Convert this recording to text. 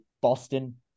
Boston